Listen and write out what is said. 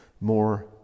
more